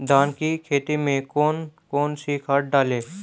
धान की खेती में कौन कौन सी खाद डालें?